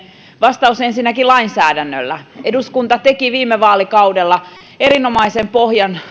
vastaus ensinnäkin lainsäädännöllä eduskunta teki viime vaalikaudella erinomaisen pohjan